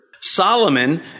Solomon